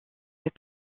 fait